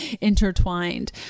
intertwined